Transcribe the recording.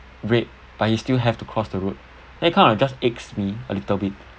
red but he still have to cross the road that kind of just aches me a little bit